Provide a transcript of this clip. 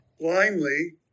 blindly